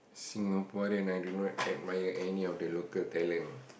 Singapore then I do not admire any of the local talent